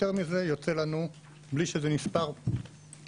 יותר מזה יוצא לנו בלי שזה נספר בכלכלה,